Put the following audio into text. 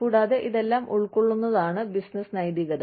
കൂടാതെ ഇതെല്ലാം ഉൾക്കൊള്ളുന്നതാണ് ബിസിനസ്സ് നൈതികത